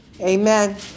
Amen